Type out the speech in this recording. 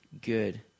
good